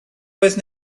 oedd